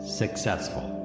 successful